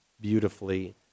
beautifully